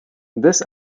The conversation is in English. this